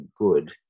good